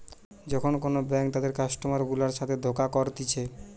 যখন কোন ব্যাঙ্ক তাদের কাস্টমার গুলার সাথে ধোকা করতিছে